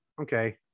Okay